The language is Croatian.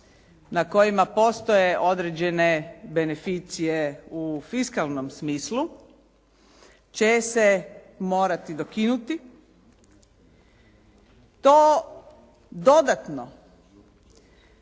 na kojima postoje određene beneficije u fiskalnom smislu, će se morati dokinuti. To dodatno